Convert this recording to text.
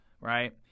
right